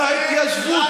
ההתיישבות